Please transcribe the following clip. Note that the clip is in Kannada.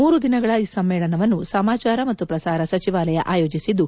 ಮೂರು ದಿನಗಳ ಈ ಸಮ್ನೇಳನವನ್ನು ಸಮಾಚಾರ ಮತ್ತು ಪ್ರಸಾರ ಸಚಿವಾಲಯ ಆಯೋಜಿಸಿದ್ದು